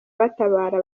batabara